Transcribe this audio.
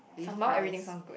with rice